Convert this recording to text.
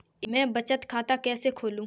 मैं बचत खाता कैसे खोलूं?